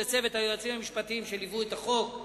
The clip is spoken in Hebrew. לצוות היועצים המשפטיים שליוו את החוק,